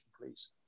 please